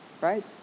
Right